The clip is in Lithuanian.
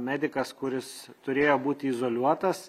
medikas kuris turėjo būti izoliuotas